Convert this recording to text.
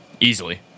easily